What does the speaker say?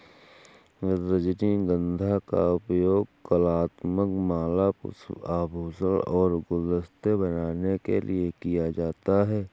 रजनीगंधा का उपयोग कलात्मक माला, पुष्प, आभूषण और गुलदस्ते बनाने के लिए किया जाता है